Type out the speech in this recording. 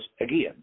again